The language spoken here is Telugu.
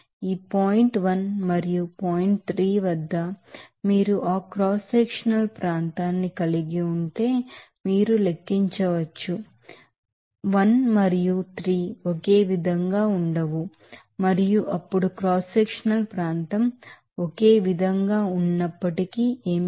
కాబట్టి ఈ point 1 మరియు 3 వద్ద మీరు ఆ క్రాస్ సెక్షనల్ ప్రాంతాన్ని కలిగి ఉంటే మీరు లెక్కించవచ్చు 1 మరియు 3 ఒకే విధంగా ఉండవు మరియు అప్పుడు క్రాస్ సెక్షనల్ ప్రాంతం ఒకేవిధంగా ఉన్నప్పటికీ ఏమిటి